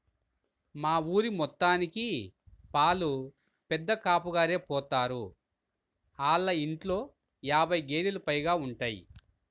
మా ఊరి మొత్తానికి పాలు పెదకాపుగారే పోత్తారు, ఆళ్ళ ఇంట్లో యాబై గేదేలు పైగా ఉంటయ్